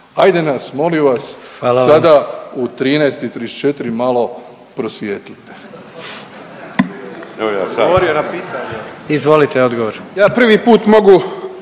Hajde nas molim vas sada u 13,34 malo prosvijetlite.